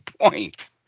point